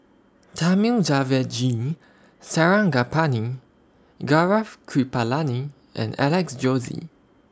Thamizhavel G Sarangapani Gaurav Kripalani and Alex Josey